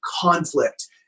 conflict